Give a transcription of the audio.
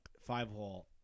five-hole